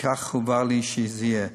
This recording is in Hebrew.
וכך הובהר לי שיהיה.